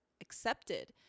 accepted